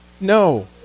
No